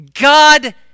God